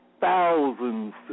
thousands